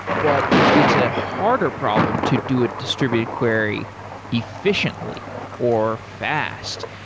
but it's a harder problem to do a distributed query efficiently or fast,